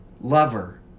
lover